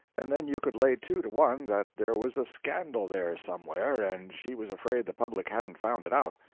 and then you could lay two to one that there was a scandal there somewhere and she was afraid the public hadn't found it out.